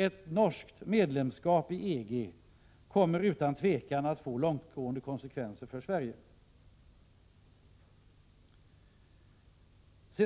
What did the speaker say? Ett norskt medlemskap i EG kommer utan tvivel att få långtgående konsekvenser för Sverige.